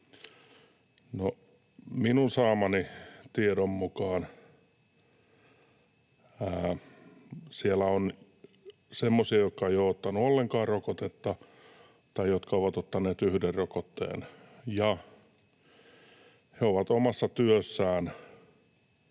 minun saamani tiedon mukaan siellä on semmoisia, jotka eivät ole ottaneet ollenkaan rokotetta tai jotka ovat ottaneet yhden rokotteen, ja he ovat omassa työssään